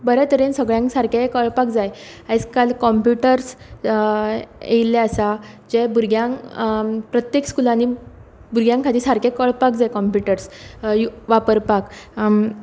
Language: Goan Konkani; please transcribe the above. बरे तरेन सगल्यांक सारकें कळपाक जाय आयज काल कोम्प्युटर्स येयल्ले आसा जे भुरग्यांक प्रत्येक स्कुलांनी भुरग्यां खातीर सारके कळपाक जाय कोम्प्युटर्स यु वापरपाक